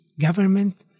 government